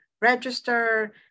register